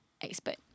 expert